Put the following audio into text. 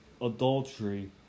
adultery